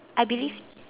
I believe